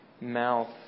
mouth